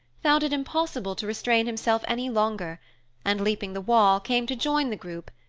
found it impossible to restrain himself any longer and, leaping the wall, came to join the group,